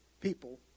people